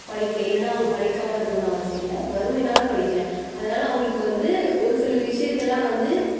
படிக்கலை இல்லைன்னா அவங்க படிக்காமல் இருக்கணும்னு அவசியம் இல்லை வறுமையினால் படிக்கலை அதனால் அவங்களுக்கு வந்து ஒரு சில விஷயத்தெல்லாம் வந்து